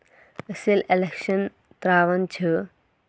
أسۍ ییٚلہِ اٮ۪لٮ۪کشَن ترٛاوَان چھِ